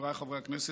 חבריי חברי הכנסת,